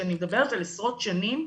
ואני מדברת על עשרות שנים,